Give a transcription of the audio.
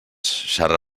xarra